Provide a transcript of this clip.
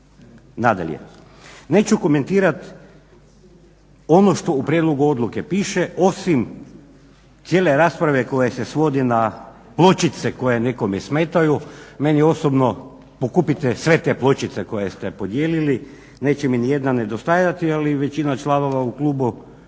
Nadalje, neću komentirati ono što u prijedlogu odluke piše osim cijele rasprave koja se svodi na pločice koje nekome smetaju. Meni osobno, pokupite sve te pločice koje ste podijelili neće mi nijedna nedostajati, ali većina članova u klubu